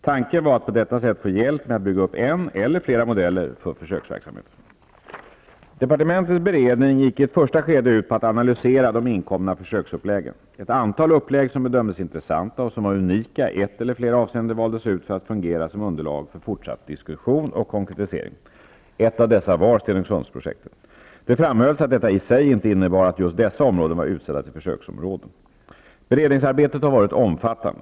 Tanken var att på detta sätt få hjälp med att bygga upp en eller flera modeller för försöksverksamheten. Departementets beredning gick i ett första skede ut på att analysera de inkomna försöksuppläggen. Ett antal upplägg som bedömdes intressanta och som var unika i ett eller flera avseenden valdes ut för att fungera som underlag för fortsatt diskussion och konkretisering. Ett av dessa var Stenungsundsprojektet. Det framhölls att detta inte i sig innebar att just dessa områden var utsedda till försöksområden. Beredningsarbetet har varit omfattande.